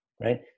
right